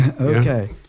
Okay